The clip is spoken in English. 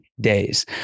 days